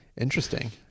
interesting